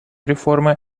реформы